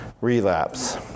relapse